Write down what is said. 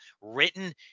written